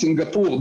סינגפור,